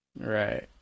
Right